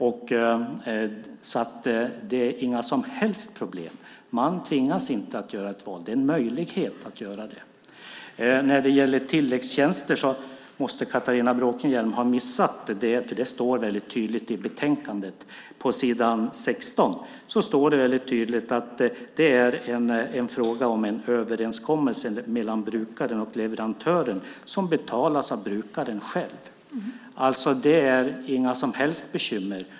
Det är alltså inga som helst problem. Man tvingas inte att göra ett val. Det är en möjlighet att göra det. När det gäller tilläggstjänster måste Catharina Bråkenhielm ha missat det. Det står väldigt tydligt i betänkandet, på s. 16, att det är en fråga om en överenskommelse mellan brukaren och leverantören som betalas av brukaren själv. Det är alltså inga som helst bekymmer.